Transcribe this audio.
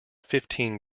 fifteen